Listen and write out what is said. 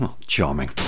Charming